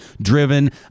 driven